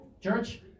church